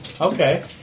Okay